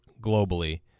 Globally